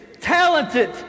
talented